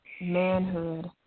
manhood